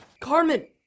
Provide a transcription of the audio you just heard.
Carmen